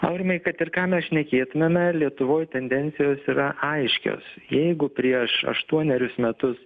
aurimai kad ir ką mes šnekėtumėme lietuvoj tendencijos yra aiškios jeigu prieš aštuonerius metus